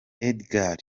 edgar